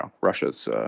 Russia's